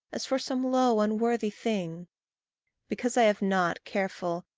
as for some low, unworthy thing because i have not, careful,